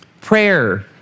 prayer